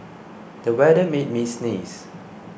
the weather made me sneeze